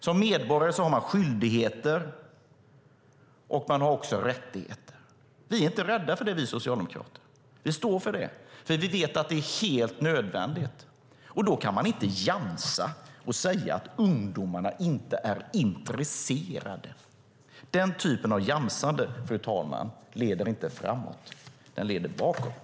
Som medborgare har man skyldigheter och rättigheter. Vi socialdemokrater är inte rädda för det. Vi står för det, för vi vet att det är helt nödvändigt. Man kan inte jamsa och säga att ungdomarna inte är intresserade. Den typen av jamsande, fru talman, leder inte framåt utan bakåt.